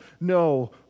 no